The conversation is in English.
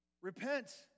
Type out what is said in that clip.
Repent